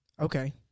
Okay